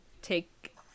take